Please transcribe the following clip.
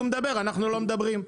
הוא מדבר ואנחנו לא מדברים?